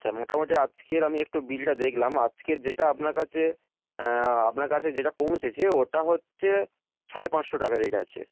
আচ্ছা মোটামুটি আজকের আমি একটু বিলটা দেখলাম আজকের যেটা আপনার কাছে আপনার কাছে যেটা পৌঁছে ওটা হচ্ছে সাড়ে পাঁচশো টাকা রেট আছে